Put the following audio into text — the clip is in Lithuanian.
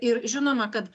ir žinoma kad